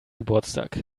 geburtstag